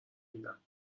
میدم